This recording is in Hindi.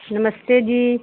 नमस्ते जी